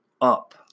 up